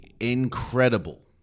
incredible